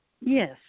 Yes